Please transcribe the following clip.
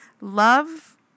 Love